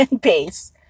base